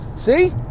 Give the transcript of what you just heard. See